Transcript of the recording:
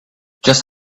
just